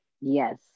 yes